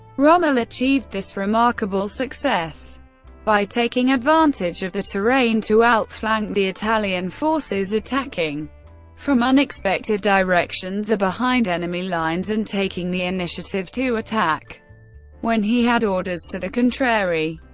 rommel achieved this remarkable success by taking advantage of the terrain to outflank the italian forces, forces, attacking from unexpected directions or behind enemy lines, and taking the initiative to attack when he had orders to the contrary.